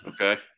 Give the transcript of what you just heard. Okay